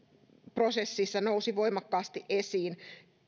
prosessissa nousi voimakkaasti esiin